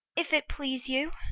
if it please you,